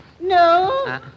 No